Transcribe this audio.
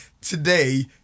today